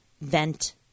vent